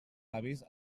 avis